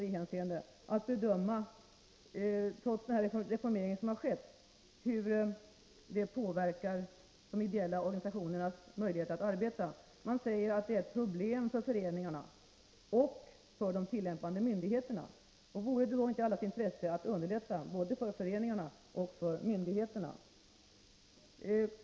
Det är svårt att bedöma hur den reformering som har skett har påverkat de ideella organisationernas möjligheter att arbeta. Man säger att detta innebär problem både för föreningarna och för de tillämpande myndigheterna. Vore det då inte i allas intresse att underlätta både för föreningarna och för myndigheterna?